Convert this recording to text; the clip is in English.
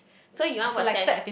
so you want to watch seven